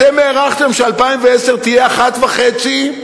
אתם הערכתם ש-2010 תהיה 1.5,